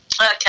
Okay